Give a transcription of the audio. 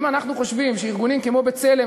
ואם אנחנו חושבים שארגונים כמו "בצלם",